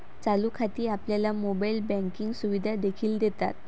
चालू खाती आपल्याला मोबाइल बँकिंग सुविधा देखील देतात